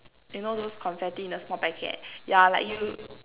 you know those confetti in a small packet ya like you